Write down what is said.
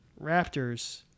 Raptors